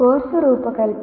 course రూపకల్పన